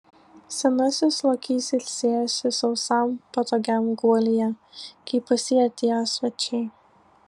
senasis lokys ilsėjosi sausam patogiam guolyje kai pas jį atėjo svečiai